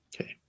okay